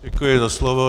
Děkuji za slovo.